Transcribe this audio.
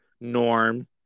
Norm